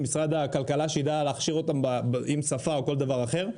עם משרד הכלכלה שיידע להכשיר אותם עם שפה או כל דבר אחר.